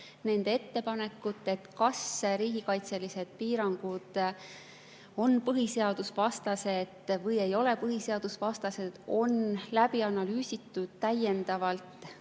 nende ettepanekud, et kas riigikaitselised piirangud on põhiseadusvastased või ei ole põhiseadusvastased, on läbi analüüsitud täiendavalt